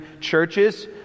churches